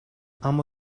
اما